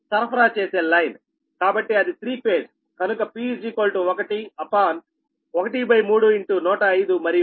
కాబట్టి అది three phase కనుక P 1 అప్ ఆన్ 13105 మరియు 0